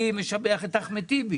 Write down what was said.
אני משבח את אחמד טיבי